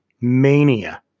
mania